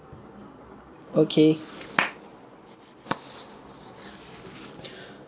okay